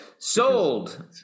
Sold